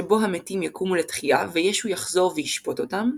שבו המתים יקומו לתחייה וישו יחזור וישפוט אותם.